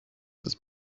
ist